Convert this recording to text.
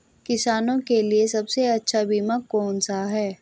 किसानों के लिए सबसे अच्छा बीमा कौन सा है?